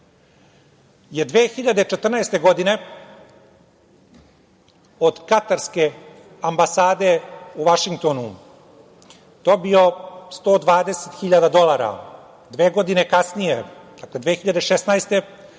je 2014. godine, od katarske ambasade u Vašingtonu dobio 120.000 dolara. Dve godine kasnije, dakle 2016. godine,